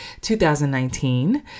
2019